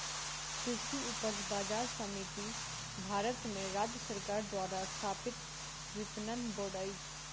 कृषि उपज बजार समिति भारत में राज्य सरकार द्वारा स्थापित विपणन बोर्ड अछि